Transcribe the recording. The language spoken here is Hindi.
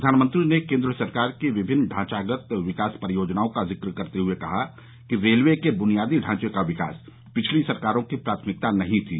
प्रधानमंत्री ने केन्द्र सरकार की विमिन्न ढांचागत विकास परियोजनाओं का जिक्र करते हुए कहा कि रेलवे के बुनियादी ढांचे का विकास पिछली सरकारों की प्राथमिकता नहीं थी